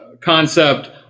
concept